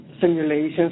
Simulations